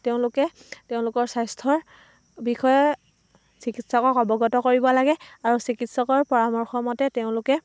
তেওঁলোকে তেওঁলোকৰ স্বাস্থ্যৰ বিষয়ে চিকিৎসকক অৱগত কৰিব লাগে আৰু চিকিৎসকৰ পৰামৰ্শ মতে তেওঁলোকে